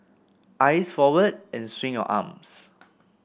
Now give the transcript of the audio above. eyes forward and swing your arms